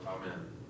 Amen